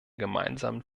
gemeinsamen